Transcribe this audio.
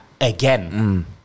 again